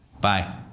Bye